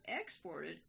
exported